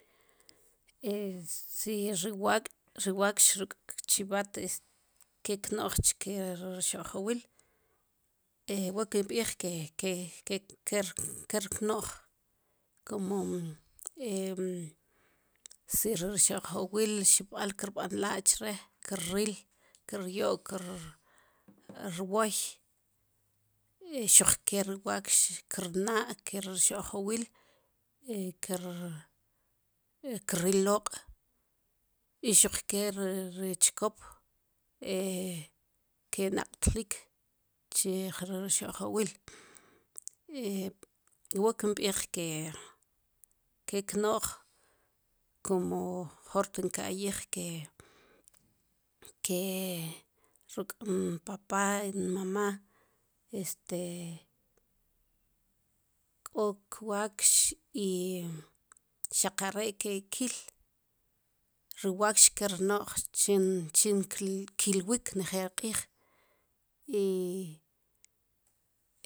si ri wak'ri wakx ruk'chib'at est kel kno'j chkij ri kxo'jwil wa kin b'ij ke ke kel kno'j kumu si ri rxo'jwil xib'al ki rb'an la'chre ki ril ki ryo'k rwoy xuq ke ri wakx kirnaa ke ri rxojwil ki ril loq'y xuq ke ri chkop ke'naq'tlik chij ri rxo'jwil, wa kin b'iij ke kel kno'j, kumo jor tin ka'yij ke ke ruk'inpapa, ruk'mamá, este k'o kwaakx y xaq are'ke kil, ri wakx kel rno'j chin chi kilwik njel qíij y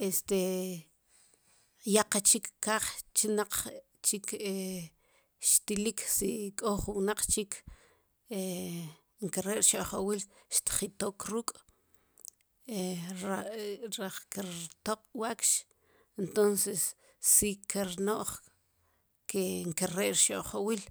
este y ya qal chik kaj chinaq chik xtilik si k'o jun wnaq chik nkere rxo'jwil xtjitok ruuk' laj ki rtoq'wakx entonces si kel rno'j ke nkere'rxo'jwil.